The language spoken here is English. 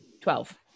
Twelve